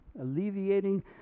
alleviating